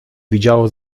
widziało